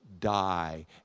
die